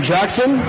Jackson